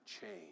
change